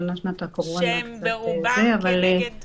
השנה קצת פחות בגלל הקורונה.